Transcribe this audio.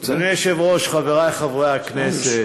אדוני היושב-ראש, חברי חברי הכנסת,